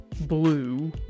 blue